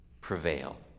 prevail